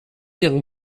ihren